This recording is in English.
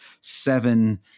seven